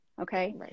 Okay